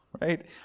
right